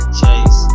chase